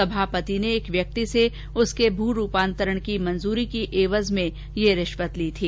सभापति ने एक व्यक्ति से उसके भू रूपांतरण की मंजूरी के एवज में यह रिश्वत ली थी